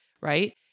right